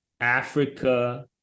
Africa